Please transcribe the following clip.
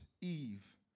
Eve